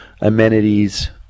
amenities